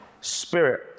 spirit